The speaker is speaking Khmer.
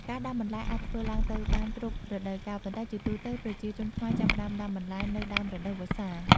ការដាំបន្លែអាចធ្វើឡើងបានគ្រប់រដូវកាល ប៉ុន្តែជាទូទៅ ប្រជាជនខ្មែរចាប់ផ្ដើមដាំបន្លែនៅ ដើមរដូវវស្សា។